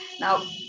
now